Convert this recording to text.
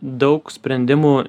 daug sprendimų